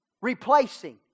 Replacing